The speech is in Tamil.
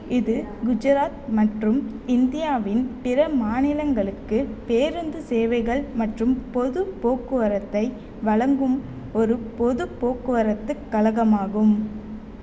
இது குஜராத் மற்றும் இந்தியாவின் பிற மாநிலங்களுக்குப் பேருந்துச் சேவைகள் மற்றும் பொதுப் போக்குவரத்தை வழங்கும் ஒரு பொதுப் போக்குவரத்துக் கழகமாகும்